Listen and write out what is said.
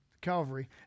Calvary